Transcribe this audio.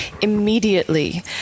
immediately